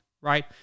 right